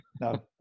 no